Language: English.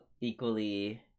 equally